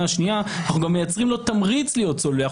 השנייה אנחנו גם מייצרים לו תמריץ להיות צולע.